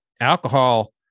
alcohol